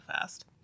fast